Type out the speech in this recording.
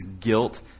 guilt